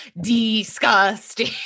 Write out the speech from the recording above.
disgusting